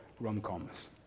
rom-coms